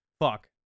fuck